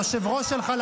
היושב-ראש שלך,